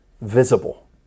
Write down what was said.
visible